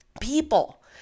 people